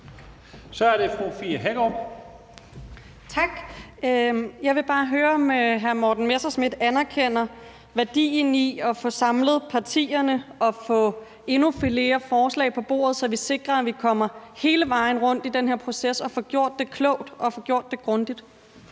Fie Hækkerup (S): Tak. Jeg vil bare høre, om hr. Morten Messerschmidt anerkender værdien i at få samlet partierne og få endnu flere forslag på bordet, så vi sikrer, at vi kommer hele vejen rundt i den her proces og får gjort det klogt og får gjort det grundigt.